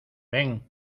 ven